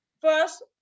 first